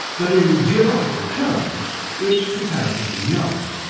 but in geological terms it's comparatively young.